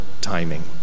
timing